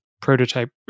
prototype